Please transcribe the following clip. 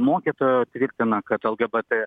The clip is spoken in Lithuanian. mokytoja tvirtina kad lgbt